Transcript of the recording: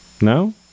No